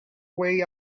way